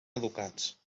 educats